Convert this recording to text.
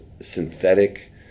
synthetic